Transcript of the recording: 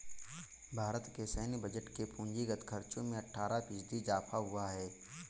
भारत के सैन्य बजट के पूंजीगत खर्चो में अट्ठारह फ़ीसदी इज़ाफ़ा हुआ है